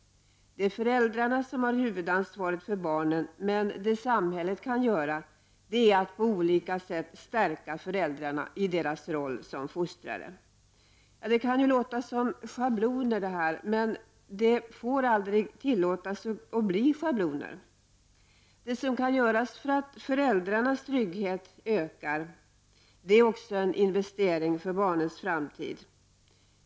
Det är föräldrarna som har huvudansvaret för barnen. Det samhället kan göra är att på olika sätt stärka föräldrarna i deras roll som fostrare. Detta kan låta som schabloner, men det är just det som det aldrig får bli. Det som kan göras för att öka föräldrarnas trygghet innebär också en investering för barnens framtid.